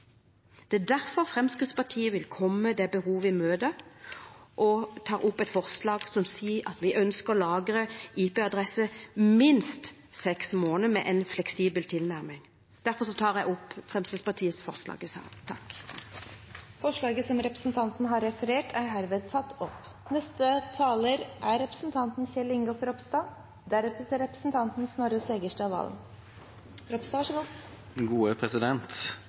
Det er derfor Fremskrittspartiet vil komme behovet i møte og tar opp et forslag om at vi ønsker å lagre IP-adresser i minst seks måneder, med en fleksibel tilnærming. Derfor tar jeg opp Fremskrittspartiets forslag i saken. Representanten Åse Michaelsen har tatt opp det forslaget hun refererte til. Den teknologiske utviklingen har på få år vært enorm, og internett har blitt et gode